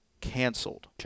canceled